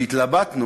והתלבטנו